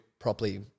properly